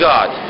God